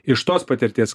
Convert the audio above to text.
iš tos patirties